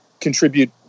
Contribute